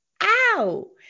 ow